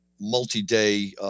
multi-day